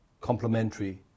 complementary